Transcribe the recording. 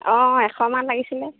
অঁ এশমান লাগিছিলে